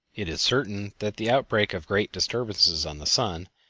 it is certain that the outbreak of great disturbances on the sun,